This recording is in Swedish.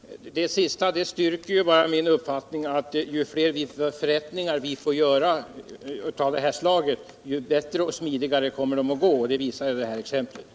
Herr talman! Det sista Eric Carlsson sade styrker bara min uppfattning att ju fler förrättningar av det här slaget vi får göra, desto bättre och smidigare kommer de att gå. Det visar också det här exemplet.